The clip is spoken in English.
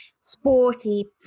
sporty